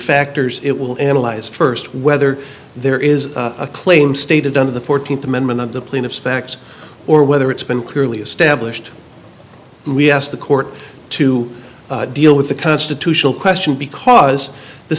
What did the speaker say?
factors it will analyze first whether there is a claim stated under the fourteenth amendment of the plaintiff's facts or whether it's been clearly established we asked the court to deal with the constitutional question because the